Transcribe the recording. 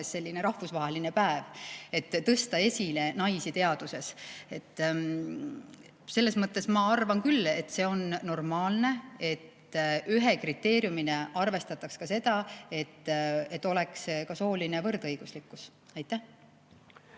selline rahvusvaheline päev "Naised teaduses", et tõsta esile naisi teaduses. Selles mõttes ma arvan küll, et see on normaalne, et ühe kriteeriumina arvestatakse ka seda, et oleks sooline võrdõiguslikkus. Aitäh!